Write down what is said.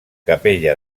capella